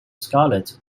scarlet